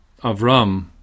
Avram